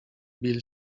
bill